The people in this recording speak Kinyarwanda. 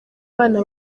bana